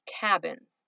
cabins